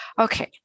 Okay